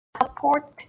support